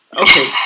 Okay